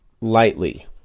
lightly